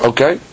Okay